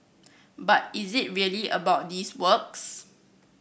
but is it really about these works